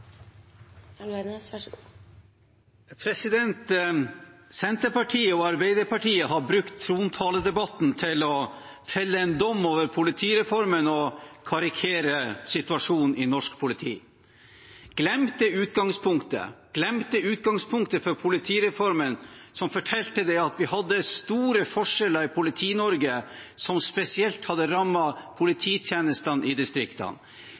Senterpartiet og Arbeiderpartiet har brukt trontaledebatten til å felle en dom over politireformen og karikere situasjonen i norsk politi. Glemt er utgangspunktet. Glemt er utgangspunktet for politireformen, som fortalte at vi hadde store forskjeller i Politi-Norge som spesielt hadde rammet polititjenestene i distriktene.